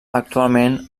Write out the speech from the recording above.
actualment